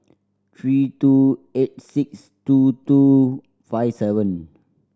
three two eight six two two five seven